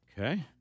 Okay